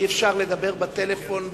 אי-אפשר לדבר בטלפון בכנסת.